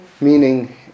meaning